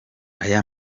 aya